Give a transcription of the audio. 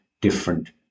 different